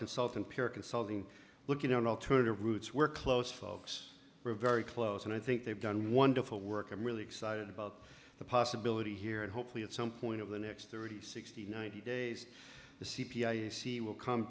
consulting peer consulting looking at alternative routes we're close folks are very close and i think they've done wonderful work i'm really excited about the possibility here and hopefully at some point in the next thirty sixty ninety days the c p i ac will come